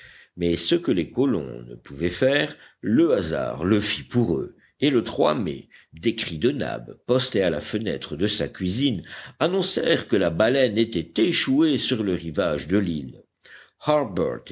mais ce que les colons ne pouvaient faire le hasard le fit pour eux et le mai des cris de nab posté à la fenêtre de sa cuisine annoncèrent que la baleine était échouée sur le rivage de l'île